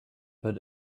but